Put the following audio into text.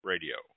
radio